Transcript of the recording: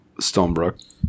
Stonebrook